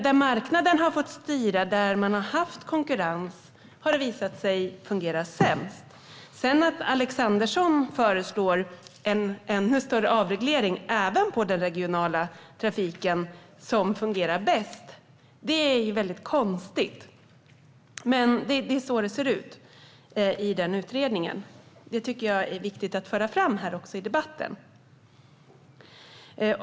Där marknaden har fått styra och där man har haft konkurrens har det visat sig fungera sämst. Att Alexandersson ändå föreslår en ännu större avreglering även på den regionala trafiken, som fungerar bäst, är väldigt konstigt. Men det är så det ser ut i den utredningen. Det tycker jag är viktigt att föra fram i debatten.